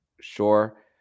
Sure